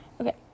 Okay